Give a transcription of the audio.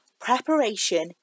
preparation